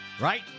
right